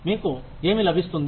మీకు ఏమి లభిస్తుంది